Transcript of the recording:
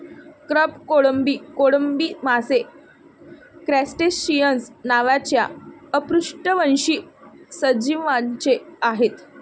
crab, कोळंबी, कोळंबी मासे क्रस्टेसिअन्स नावाच्या अपृष्ठवंशी सजीवांचे आहेत